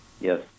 Yes